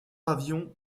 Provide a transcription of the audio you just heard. avion